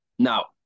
Now